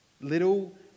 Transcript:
little